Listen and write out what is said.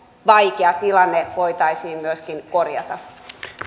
vaikea tilanne voitaisiin myöskin korjata